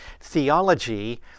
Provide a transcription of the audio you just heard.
theology